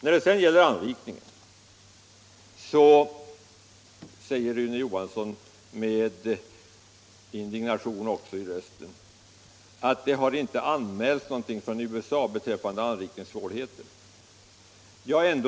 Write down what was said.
När det gäller anrikningen säger Rune Johansson med indignation i rösten att det inte har anmälts några anrikningssvårigheter från USA.